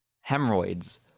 hemorrhoids